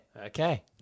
Okay